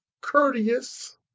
courteous